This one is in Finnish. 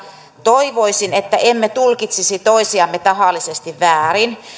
toivoisin että emme tulkitsisi toisiamme tahallisesti väärin